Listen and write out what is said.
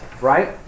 right